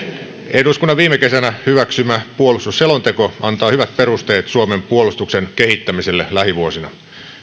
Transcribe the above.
eduskunnan viime kesänä hyväksymä puolustusselonteko antaa hyvät perusteet suomen puolustuksen kehittämiselle lähivuosina